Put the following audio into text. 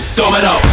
domino